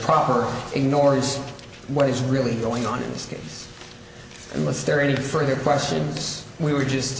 proper ignores what is really going on in the states and was there any further questions we were just